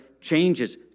changes